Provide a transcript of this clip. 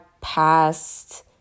past